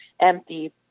empty